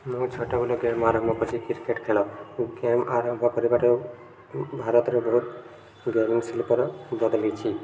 ମୁଁ ଛୋଟବେଲେ ଗେମ୍ ଆରମ୍ଭ କଲି କ୍ରିକେଟ୍ ଖେଳ ଗେମ୍ ଆରମ୍ଭ କରିବାଠାରୁ ଭାରତରେ ବହୁତ ଗେମିଂ ଶିଳ୍ପର ବଦଲିଛିି